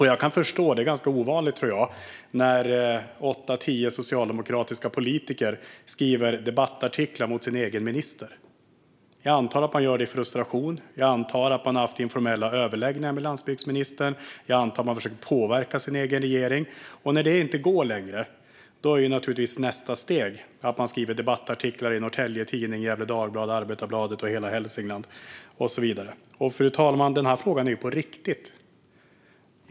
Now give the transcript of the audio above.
Jag tror att det är ganska ovanligt att åtta tio socialdemokratiska politiker skriver debattartiklar mot sin egen minister. Jag antar att man gör det i frustration. Jag antar att man har haft informella överläggningar med landsbygdsministern. Jag antar att man har försökt påverka sin egen regering. När detta inte går längre är naturligtvis nästa steg att skriva debattartiklar i Norrtelje Tidning, Gefle Dagblad, Arbetarbladet, Hela Hälsingland och så vidare. Fru talman! Denna fråga är på riktigt.